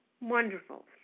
wonderful